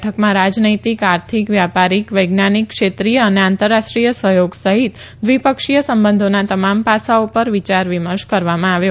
બેઠકમાં રાજનૈતિક આર્થિક વ્યાપારિક વૈજ્ઞાનિક ક્ષેત્રિય અને આંતરરાષ્ટ્રીય સહયોગ સહિત દ્વિપક્ષીય સંબંધોના તમામ પાસાઓ પર વિચાર વિમર્શ કરવામાં આવ્યો